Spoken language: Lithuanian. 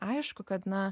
aišku kad na